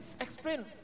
explain